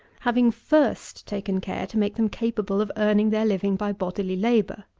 having first taken care to make them capable of earning their living by bodily labour.